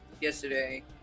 yesterday